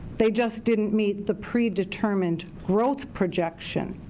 they just didn't meet the predetermined growth projection.